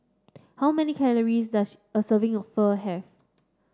how many calories does a serving of Pho have